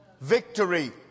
victory